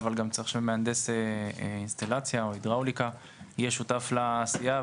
אבל צריך גם מהנדס אינסטלציה או הידראוליקה יהיה שותף לעשייה,